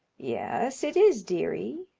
yes, it is, dearie.